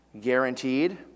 guaranteed